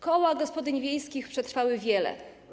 Koła gospodyń wiejskich przetrwały wiele.